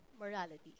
morality